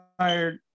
hired